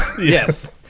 Yes